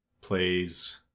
plays